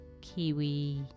kiwi